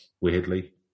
weirdly